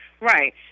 Right